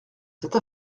cette